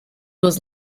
was